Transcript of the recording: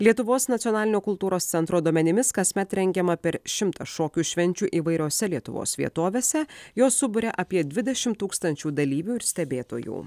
lietuvos nacionalinio kultūros centro duomenimis kasmet rengiama per šimtą šokių švenčių įvairiose lietuvos vietovėse jos suburia apie dvidešimt tūkstančių dalyvių ir stebėtojų